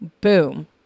boom